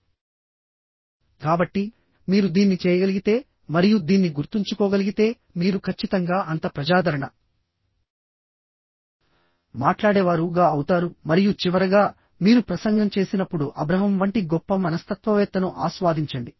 కాబట్టి మీరు దీన్ని చేయగలిగితే మరియు దీన్ని గుర్తుంచుకోగలిగితే మీరు ఖచ్చితంగా అంత ప్రజాదరణ మాట్లాడేవారు గా అవుతారు మరియు చివరగామీరు ప్రసంగం చేసినప్పుడు అబ్రహం వంటి గొప్ప మనస్తత్వవేత్తను ఆస్వాదించండి